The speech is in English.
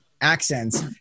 accents